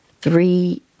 three